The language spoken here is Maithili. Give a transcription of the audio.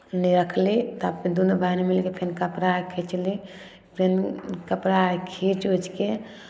एन्नी रखली तब दुनू बहीन मिलि कऽ फेर कपड़ा खीँचली फेर कपड़ा खीँचि उचि कऽ